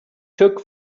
took